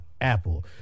Apple